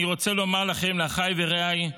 אני רוצה לומר לכם, אחיי ורעיי,